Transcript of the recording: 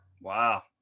Wow